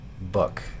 book